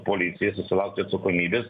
policija susilaukti atsakomybės